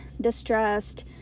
distressed